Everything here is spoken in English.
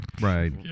Right